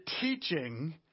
teaching